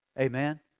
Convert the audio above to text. Amen